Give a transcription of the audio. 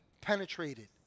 penetrated